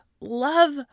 love